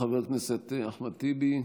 חבר הכנסת אחמד טיבי,